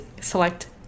select